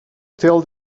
tell